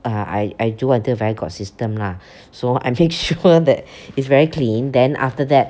uh I I do until very got system lah so I make sure that it's very clean then after that